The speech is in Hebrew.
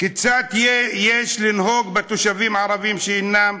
כיצד יש לנהוג בתושבים הערבים שאינם,